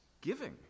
giving